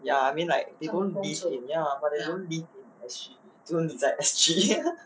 ya I mean like but they don't live in ya but they don't live in S_G 只有你在 S_G